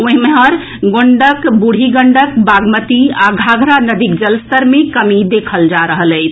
एम्हर गंडक बूढ़ी गंडक बागमती आ घाघरा नदीक जलस्तर मे कमी देखल जा रहल अछि